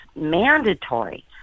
mandatory